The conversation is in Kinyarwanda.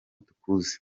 tukuzi